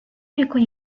يكن